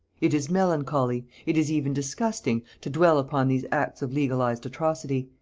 it is melancholy, it is even disgusting, to dwell upon these acts of legalized atrocity,